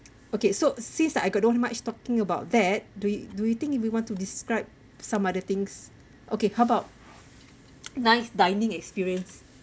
okay so since I got not much talking about that do you do you think if you want to describe some other things okay how about nice dining experience